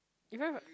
even if I